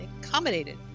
accommodated